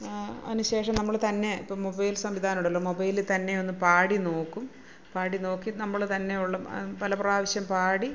അതിന് ശേഷം നമ്മൾ തന്നെ ഇപ്പം മൊബൈൽ സംവിധാനമുണ്ടല്ലോ മൊബൈല് തന്നെ ഒന്നു പാടി നോക്കും പാടി നോക്കി നമ്മൾ തന്നെയുള്ള പല പ്രാവിശ്യം പാടി